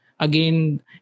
Again